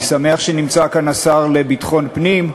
אני שמח שנמצא כאן השר לביטחון פנים.